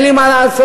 אין לי מה לעשות,